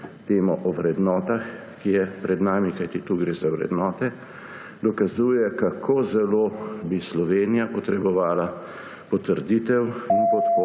temo o vrednotah, ki je pred nami, kajti tu gre za vrednote – dokazuje, kako zelo bi Slovenija potrebovala potrditev in podporo